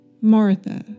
Martha